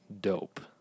dope